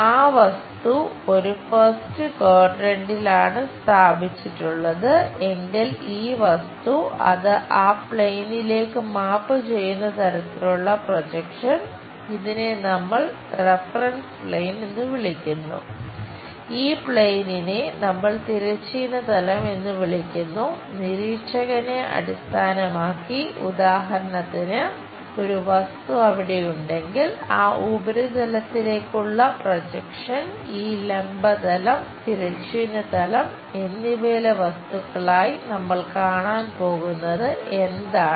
ഒരു വസ്തു ആ ഫസ്റ്റ് ക്വാഡ്രന്റിലാണ് സ്ഥാപിച്ചിട്ടുള്ളത് എങ്കിൽ ഈ വസ്തു അത് ആ പ്ലെയിനിലേക്കു മാപ്പ് ചെയ്യുന്ന തരത്തിലുള്ള പ്രൊജക്ഷൻ ഇതിനെ നമ്മൾ റഫറൻസ് പ്ലെയിൻ ഈ ലംബ തലം തിരശ്ചീന തലം എന്നിവയിലെ വസ്തുക്കളായി നമ്മൾ കാണാൻ പോകുന്നത് എന്താണ്